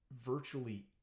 virtually